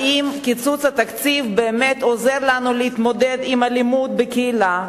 האם קיצוץ התקציב באמת עוזר לנו להתמודד עם אלימות בקהילה?